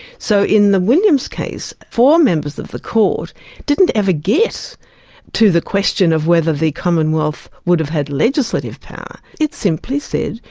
so, in the williams case four members of the court didn't ever get to the question of whether the commonwealth would've had legislative power. it simply said,